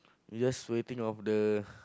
you just waiting of the